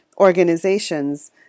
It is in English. organizations